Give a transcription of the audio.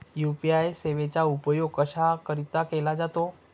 UPI सेवेचा उपयोग कशाकरीता केला जातो?